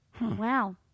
Wow